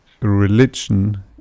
Religion